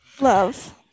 Love